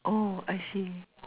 oh I see